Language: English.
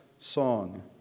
song